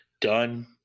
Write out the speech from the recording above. done